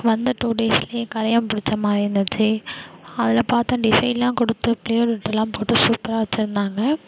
வந்த டூ டேஸ்லேயே கரையான் பிடிச்ச மாதிரி இருந்துச்சு அதில் பார்த்தோம் டிசைன்லாம் கொடுத்து ப்ளைவுட்டெல்லாம் போட்டு சூப்பராக வெச்சுருந்தாங்க